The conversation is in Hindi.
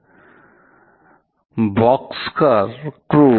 तो पॉलीजेनिक या मल्टीफैक्टोरियल विकार बहुत अधिक जटिल हो सकते हैं